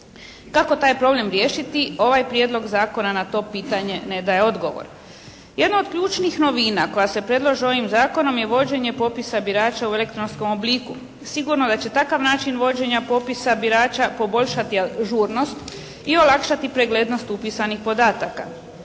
Kako taj problem riješiti ovaj Prijedlog zakona na to pitanje ne daje odgovor. Jedno od ključnih novina koja se predlažu ovim Zakonom je vođenje popisa birača u elektronskom obliku. Sigurno da će takav način vođenja popisa birača poboljšati ažurnost i olakšati preglednost upisanih podataka.